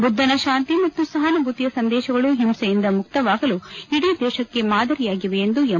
ಬುದ್ಧನ ಶಾಂತಿ ಮತ್ತು ಸಹಾನುಭೂತಿಯ ಸಂದೇಶಗಳು ಹಿಂಸೆಯಿಂದ ಮುಕ್ತವಾಗಲು ಇಡೀ ದೇಶಕ್ಕೆ ಮಾದರಿಯಾಗಿವೆ ಎಂದು ಎಂ